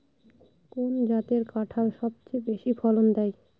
কোন জাতের কাঁঠাল সবচেয়ে বেশি ফলন দেয়?